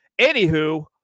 Anywho